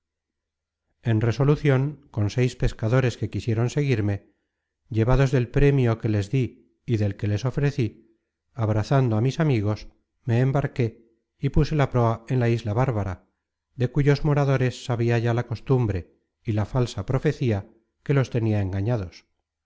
en resolucion con seis pescadores que quisieron seguirme llevados del premio que les dí y del que les ofrecí abrazando á mis amigos me embarqué y puse la proa en la isla bárbara de cuyos moradores sabia ya la costumbre y la falsa profecía que los tenia engañados